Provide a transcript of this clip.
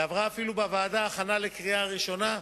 ועברה אפילו בוועדה הכנה לקריאה ראשונה.